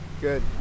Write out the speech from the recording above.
good